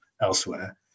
elsewhere